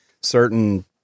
certain